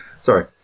Sorry